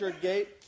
Gate